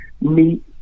meet